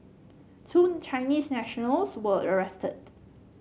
two Chinese nationals were arrested